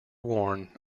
worn